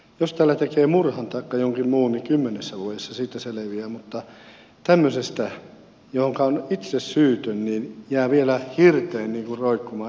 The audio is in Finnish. jos täällä tekee murhan taikka jonkin muun niin kymmenessä vuodessa siitä selviää mutta tämmöisestä johonka on itse syytön jää vielä ikään kuin hirteen roikkumaan eikä pääse siitä irti